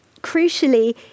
Crucially